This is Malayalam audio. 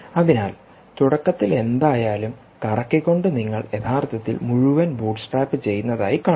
അതിനാൽ തുടക്കത്തിൽ എന്തായാലും കറക്കിക്കൊണ്ട് നിങ്ങൾ യഥാർത്ഥത്തിൽ മുഴുവൻ ബൂട്ട് സ്ട്രാപ്പ് ചെയ്യുന്നതായി കാണാം